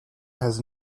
has